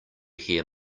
hear